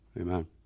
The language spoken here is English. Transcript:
Amen